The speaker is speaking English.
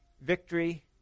victory